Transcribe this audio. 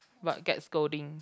but get scolding